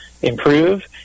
improve